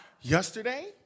Yesterday